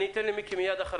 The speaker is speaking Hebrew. תודה על הדיון